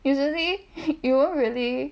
usually you won't really